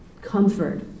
comfort